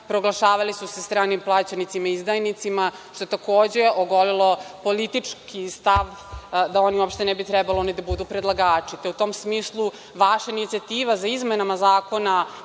proglašavali su se stranim plaćenicima i izdajnicima, što takođe ogolelo politički stav da oni ne bi uopšte trebali da oni budu predlagači, te u tom smislu vaša inicijativa za izmenama zakona